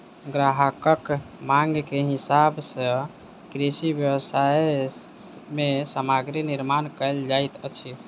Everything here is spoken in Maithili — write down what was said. ग्राहकक मांग के हिसाब सॅ कृषि व्यवसाय मे सामग्री निर्माण कयल जाइत अछि